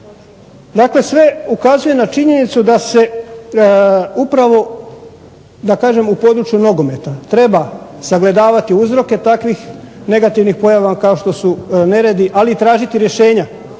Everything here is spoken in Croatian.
Dakle, sve ukazuje na činjenicu da se upravo da kažem u području nogometa treba sagledavati uzroke takvih negativnih pojava kao što su neredi, ali i tražiti rješenja